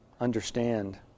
understand